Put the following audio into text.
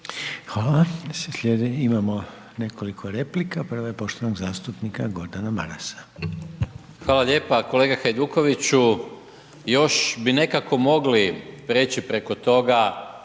Hvala. Imamo nekoliko replika, prva je poštovanog zastupnika Gordana Marasa. **Maras, Gordan (SDP)** Hvala lijepa. Kolega Hajdukoviću, još bi nekako mogli prijeći preko toga